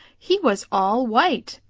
he was all white,